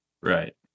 Right